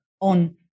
on